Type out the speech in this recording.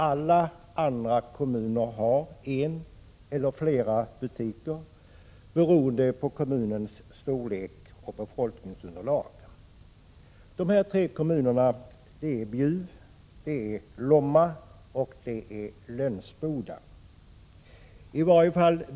Alla andra kommuner har, beroende på storlek och befolkningsunderlag, en eller flera butiker. Det två kommunerna är Bjuv och Lomma.